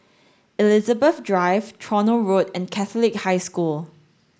Elizabeth Drive Tronoh Road and Catholic High School